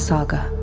Saga